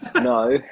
No